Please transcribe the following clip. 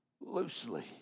loosely